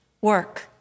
work